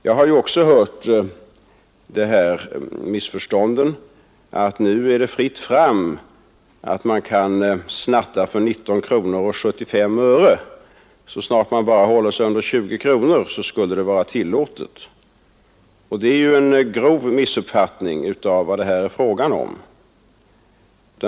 Jag har också hört talet om att nu är det fritt fram för snatterier för 19 kronor 75 öre, alltså att det skulle vara tillåtet att snatta bara man håller sig under 20 kronor. Det är ju en grov missuppfattning av vad det här är fråga om.